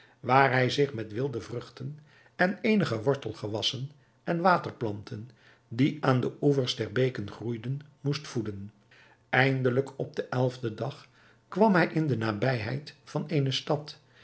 waar hij zich met wilde vruchten en eenige wortelgewassen en waterplanten die aan de oevers der beken groeiden moest voeden eindelijk op den elfden dag kwam hij in de nabijheid van eene stad